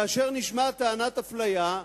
כאשר נשמעת טענת אפליה,